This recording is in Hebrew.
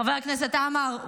חבר הכנסת עמאר,